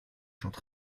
chants